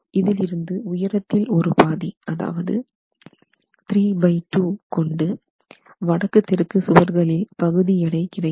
இதிலிருந்து உயரத்தில் ஒரு பாதி அதாவது 32 கொண்டு வடக்கு தெற்கு சுவர்களில் பகுதி எடை கிடைக்கும்